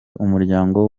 umuryango